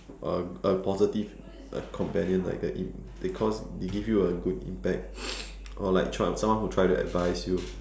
a a positive uh companion like a because it give you a good impact or like try someone who try to advise you